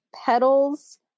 petals